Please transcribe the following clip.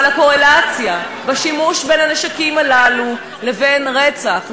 אבל הקורלציה בין השימוש בנשקים הללו לבין רצח,